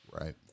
Right